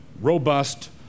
robust